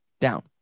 down